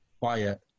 quiet